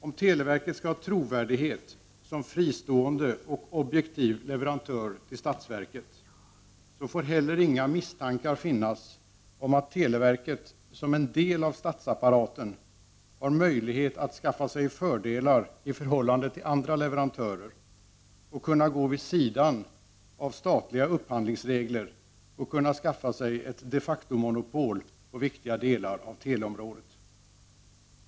Om televerket skall ha trovärdighet som fristående och objektiv leverantör till statsverket så får heller inga misstankar finnas om att televerket, som en del av statsapparaten, har möjlighet att skaffa sig fördelar i förhållande till andra leverantörer och kan gå vid sidan av statliga upphandlingsregler och skaffa sig ett de facto-monopol på viktiga delar av teleområdet.